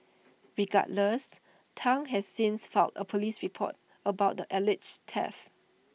regardless Tang has since filed A Police report about the alleged theft